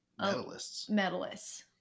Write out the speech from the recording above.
medalists